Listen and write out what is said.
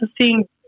seeing